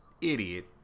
idiot